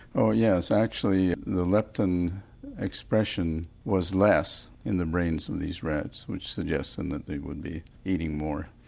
oh yes, actually the leptin expression was less in the brains of these rats which suggest and that they would be eating more.